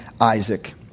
Isaac